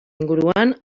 inguruan